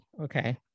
Okay